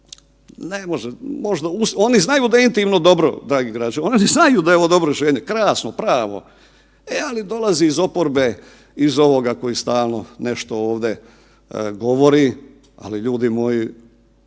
ne može, oni znaju da je intimno dobro dragi građani, oni znaju da je ovo dobro rješenje, krasno, pravo, e ali dolazi iz oporbe iz ovoga koji stalno nešto ovdje govori, ali ljudi moji